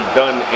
done